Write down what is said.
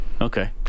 Okay